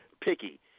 picky